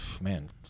man